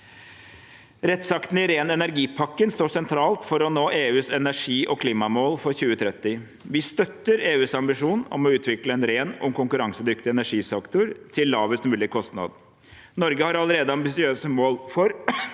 Rettsaktene i ren energi-pakken står sentralt for å nå EUs energi- og klimamål for 2030. Vi støtter EUs ambisjon om å utvikle en ren og konkurransedyktig energisektor til lavest mulig kostnad. Norge har allerede ambisiøse mål for,